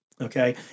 Okay